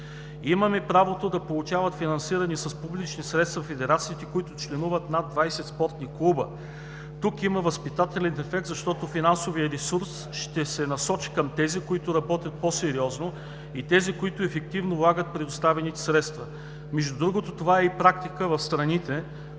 Имаме правото да получават финансиране с публични средства федерациите, в които членуват над 20 спортни клуба. Тук има възпитателен дефект, защото финансовият ресурс ще се насочи към тези, които работят по-сериозно, и тези, които ефективно влагат предоставените средства. Между другото, това е и практика в страните,